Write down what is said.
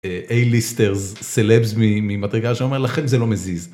איי ליסטר סלבס ממדרגה שאומר לכם זה לא מזיז.